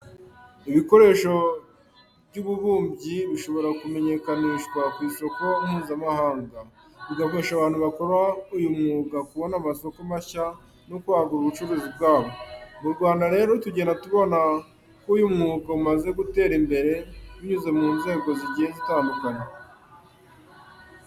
Ibikoresho by'ububumbyi bishobora kumenyekanishwa ku isoko mpuzamahanga, bigafasha abantu bakora uyu mwuga kubona amasoko mashya no kwagura ubucuruzi bwabo. Mu Rwanda rero tugenda tubona ko uyu mwuga umaze gutera imbere binyuze mu nzego zigiye zitandukanye.